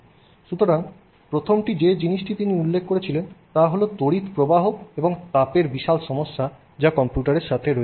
সুতরাং প্রথমটি যে জিনিসটি তিনি উল্লেখ করেছিলেন তা হল তড়িৎ প্রবাহ এবং তাপের বিশাল সমস্যা যা কম্পিউটারের সাথে রয়েছে